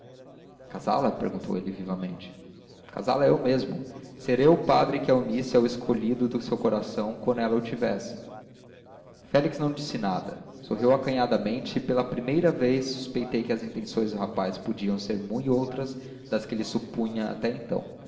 casá la casá la perguntou ele vivamente casá la eu mesmo ser eu o padre que a unisse ao escolhido do seu coração quando ela o tivesse félix não disse nada sorriu acanhadamente e pela primeira vez suspeitei que as intenções do rapaz podiam ser mui outras das que lhe supunha até então